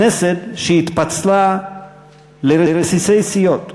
כנסת שהתפצלה לרסיסי סיעות.